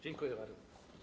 Dziękuję bardzo.